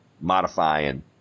modifying